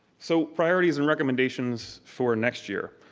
so priorities and recommendations for next year.